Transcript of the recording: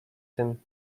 tym